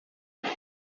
است